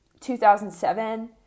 2007